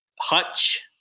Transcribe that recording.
Hutch